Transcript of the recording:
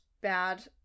bad